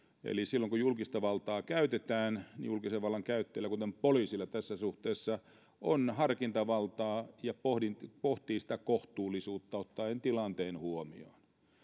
eli silloin kun julkista valtaa käytetään julkisen vallan käyttäjällä kuten poliisilla on tässä suhteessa harkintavaltaa ja hän pohtii sitä kohtuullisuutta ottaen tilanteen huomioon